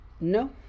No